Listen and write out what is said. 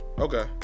Okay